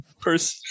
person